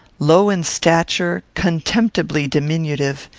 low in stature, contemptibly diminutive,